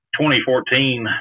2014